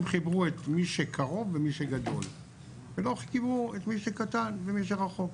הם חיברו את מי שקרוב ומי שגדול ולא חיברו את מי שקטן ומי שרחוק.